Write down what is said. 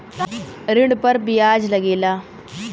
ऋण पर बियाज लगेला